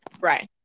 right